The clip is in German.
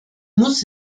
muss